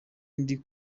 ndi